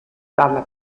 dalla